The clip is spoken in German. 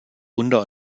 wunder